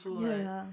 ya